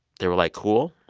they were like, cool.